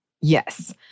Yes